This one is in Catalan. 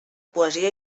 poesia